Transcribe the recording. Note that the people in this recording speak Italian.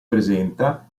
presenta